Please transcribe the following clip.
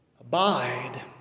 Abide